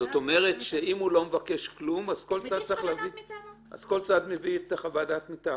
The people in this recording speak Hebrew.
אם הוא לא מבקש כלום, כל צד מביא חוות דעת מטעמו.